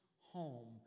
home